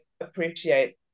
appreciate